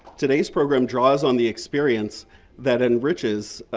today's program draws on the experience that enriches,